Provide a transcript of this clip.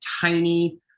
tiny